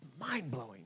mind-blowing